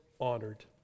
honored